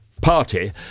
party